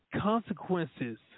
consequences